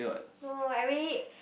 no I really